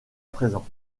présent